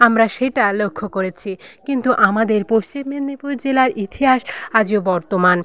আমরা সেটা লক্ষ্য করেছি কিন্তু আমাদের পশ্চিম মেদিনীপুর জেলার ইতিহাস আজও বর্তমান